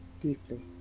deeply